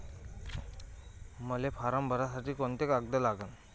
मले फारम भरासाठी कोंते कागद लागन?